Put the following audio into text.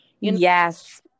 yes